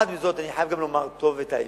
עם זאת, אני חייב גם לומר את האמת: